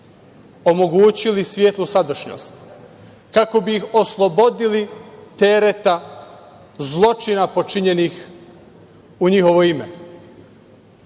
omogućili svetlu sadašnjost, kako bi ih oslobodili tereta zločina počinjenih u njihovo ime. Mi